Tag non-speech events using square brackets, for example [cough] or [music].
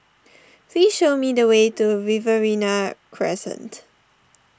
[noise] please show me the way to Riverina Crescent